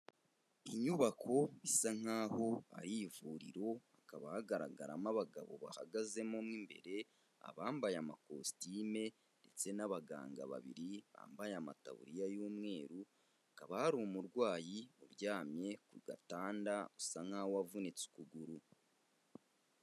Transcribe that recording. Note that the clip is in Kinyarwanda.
Inyubako isa nkaho ari ivuriro hakaba hagaragaramo abagabo bahagazemo mo imbere, abambaye amakositime ndetse n'abaganga babiri bambaye amataburiya y'umweru, hakaba hari umurwayi uryamye ku gatanda usa nkaho wavunitse ukuguru.